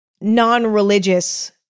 non-religious